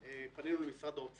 הוא לא ענה לשאלה שלי.